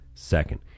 Second